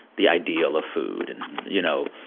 the ideal of food and, you know,